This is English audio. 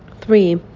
Three